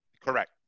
Correct